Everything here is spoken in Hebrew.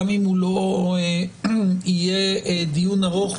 גם אם הוא לא יהיה דיון ארוך,